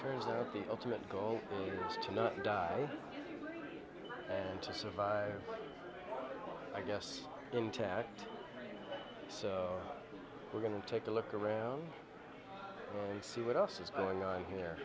turns out the ultimate goal is to not die and survive i guess intact so we're going to take a look around and see what else is going on here